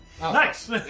Nice